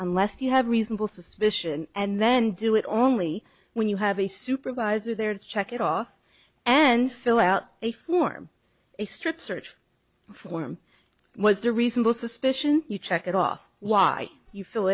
unless you have reasonable suspicion and then do it only when you have a supervisor there to check it off and fill out a form a strip search form was the reasonable suspicion you check it off why you fill